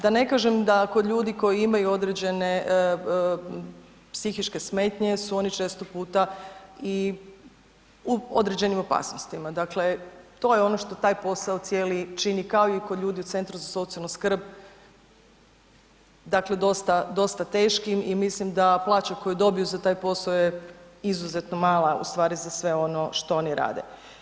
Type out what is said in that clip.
Da ne kažem da kod ljudi koji imaju određene psihičke smetnje su oni često puta i u određenim opasnostima, dakle to je ono što taj posao cijeli čini kao i kod ljudi u Centru za socijalnu skrb, dakle dosta, dosta teškim i mislim da plaća koju dobiju za taj posao je izuzetno mala u stvari za sve ono što oni rade.